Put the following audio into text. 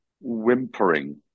whimpering